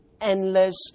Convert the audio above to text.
endless